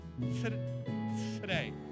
today